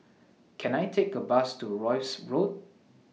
Can I Take A Bus to Rosyth Road